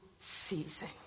season